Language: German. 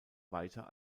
weiter